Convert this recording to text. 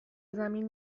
زمین